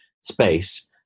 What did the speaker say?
space